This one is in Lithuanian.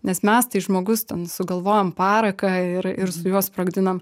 nes mes tai žmogus ten sugalvojom paraką ir ir su juo sprogdinam